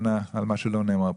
שלא נאמר פה.